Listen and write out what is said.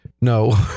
No